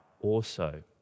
also